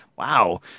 Wow